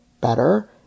better